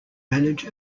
manage